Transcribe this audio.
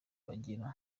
bagira